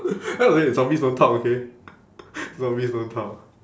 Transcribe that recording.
zombies don't talk okay zombies don't talk